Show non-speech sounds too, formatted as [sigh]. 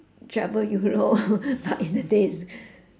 travel europe [laughs] but in a day it's